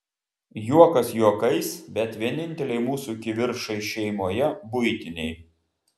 juokas juokais bet vieninteliai mūsų kivirčai šeimoje buitiniai